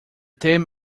term